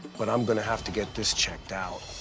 but i'm going to have to get this checked out.